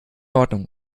ordnung